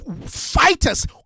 Fighters